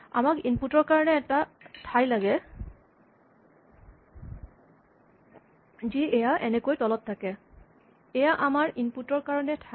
আমাক ইনপুট ৰ কাৰণে এটা ঠাই লাগে যি এয়া এনেকে তলত থাকে এয়া আমাৰ ইনপুট ৰ কাৰণে ঠাই